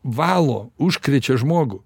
valo užkrečia žmogų